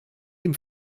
dem